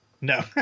No